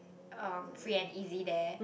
um free and easy there